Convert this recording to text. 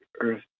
earth